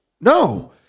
No